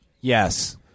Yes